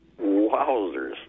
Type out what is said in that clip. Wowzers